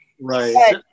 Right